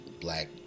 black